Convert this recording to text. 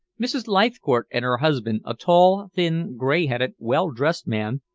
mrs. leithcourt and her husband, a tall, thin, gray-headed, well-dressed man,